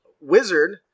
Wizard